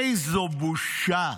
איזו בושה.